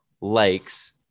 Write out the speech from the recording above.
likes